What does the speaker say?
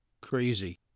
crazy